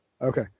Okay